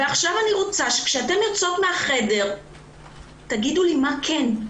עכשיו אני רוצה שכשאתן יוצאות מהחדר תגידו לי מה כן.